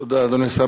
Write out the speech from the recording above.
תודה, אדוני השר.